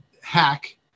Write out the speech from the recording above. hack